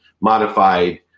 modified